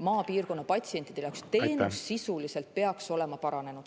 Maapiirkonna patsientide jaoks peaks teenus sisuliselt olema paranenud.